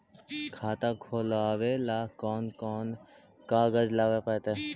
खाता खोलाबे ल कोन कोन कागज लाबे पड़तै?